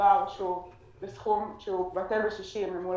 מדובר בסכום שהוא בטל בשישים.